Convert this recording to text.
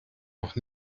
noch